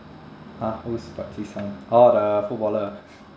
!huh! who's park ji sung oh the footballer